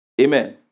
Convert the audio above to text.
Amen